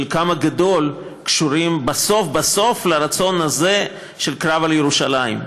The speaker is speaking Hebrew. חלקם הגדול קשורים בסוף בסוף לרצון הזה של קרב על ירושלים.